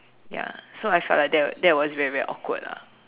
ya so I felt like that that was very very awkward lah